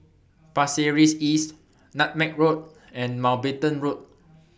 Pasir Ris East Nutmeg Road and Mountbatten Road